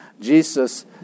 Jesus